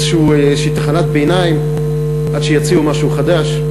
איזו תחנת ביניים עד שיציעו משהו חדש.